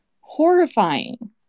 horrifying